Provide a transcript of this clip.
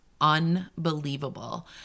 unbelievable